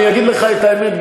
אני אגיד לך את האמת,